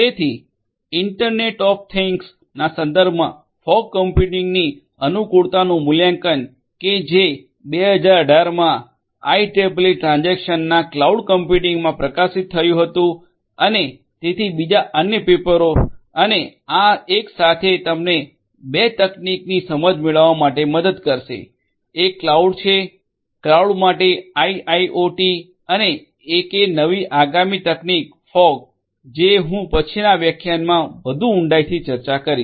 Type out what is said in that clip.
તેથી internet of થિંગ્સના સંદર્ભમાં ફોગ કમ્પ્યુટિંગ ની અનુકૂળતાનું મૂલ્યાંકન કે જે 2018 માં આઇઇઇઇ ટ્રાન્ઝેક્શન્સના ક્લાઉડ કમ્પ્યુટિંગમાં પ્રકાશિત થયું હતું અને તેથી બીજા અન્ય પેપરો અને આ એકસાથે તમને 2 તકનીકોની સમજ મેળવવા માટે મદદ કરશે એક ક્લાઉડ છે ક્લાઉડ માટે આઇઆઇઓટી અને એકે નવી આગામી તકનીક ફોગ જે હું હવે પછીનાં વ્યાખ્યાનમાં વધુ ઉડાઈથી ચર્ચા કરીશ